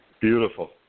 Beautiful